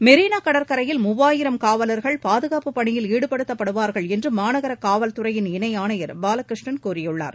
மெரினா கடற்கரையில் மூவாயிரம் காவலர்கள் பாதுகாப்பு பணியில் ஈடுபடுத்தப்படுவார்கள் என்று மாநகர காவல்துறையின் இணை ஆணையர் பாலகிருஷ்ணன் கூறியுள்ளார்